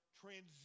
transition